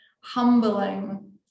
humbling